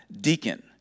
deacon